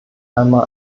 einmal